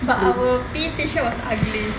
but our P_E T-shirt was ugly